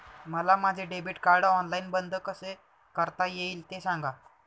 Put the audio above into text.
मला माझे debit card online बंद कसे करता येईल, ते सांगा